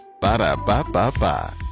Ba-da-ba-ba-ba